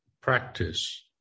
practice